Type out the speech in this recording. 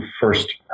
first